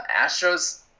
Astros